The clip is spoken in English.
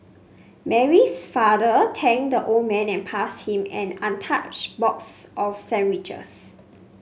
Mary's father thanked the old man and passed him an untouched box of sandwiches